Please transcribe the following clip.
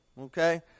okay